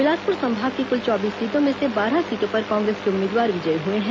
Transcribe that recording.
बिलासपुर संभाग की कुल चौबीस सीटों में से बारह सीटों पर कांग्रेस के उम्मीदवार विजयी हुए हैं